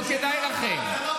לא כדאי לכם.